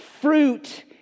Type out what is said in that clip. fruit